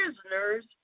prisoners